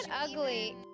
ugly